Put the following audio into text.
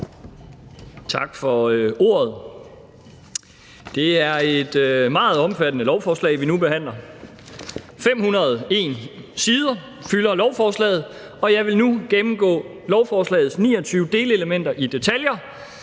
Tak for ordet. Det er et meget omfattende lovforslag, vi nu behandler. 501 side fylder lovforslaget, og jeg vil nu gennemgå lovforslagets 29 delelementer i detaljer,